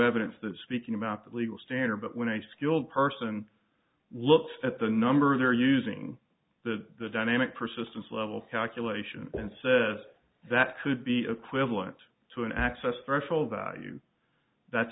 evidence that speaking about the legal standard but when a skilled person looks at the numbers they're using the dynamic persistence level calculation and says that could be equivalent to an access threshold value that's